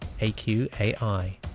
AQAI